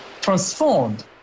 transformed